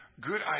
Good